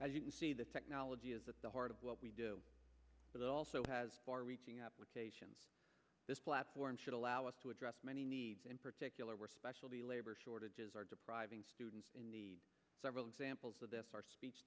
can see the technology is at the heart of what we do but it also has far reaching application this platform should allow us to address many needs in particular were specialty labor shortages are depriving students in the several examples of the speech